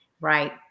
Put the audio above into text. Right